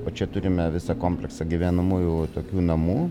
o čia turime visą kompleksą gyvenamųjų tokių namų